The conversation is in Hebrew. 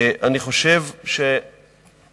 אני חושב שזיהינו